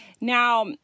Now